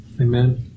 Amen